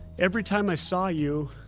every time i saw you,